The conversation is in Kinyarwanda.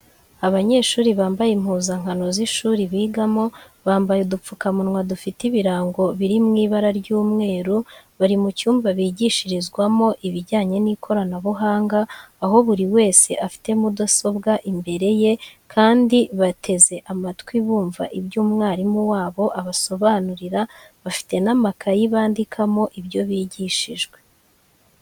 Abanyeshuri bambaye impuzankano z'ishuri bigamo bambaye udupfukamunwa dufite ibirango biri mu ibara ry'umweru bari mu cyumba bigishirizwamo ibijyanye n'ikoranabuhanga, aho buri wese afite mudasobwa imbere ye kandi bateze amatwi bumva ibyo umwarimu wabo abasobanurira, bafite n'amakaye bandikamo ibyo bigishijwe.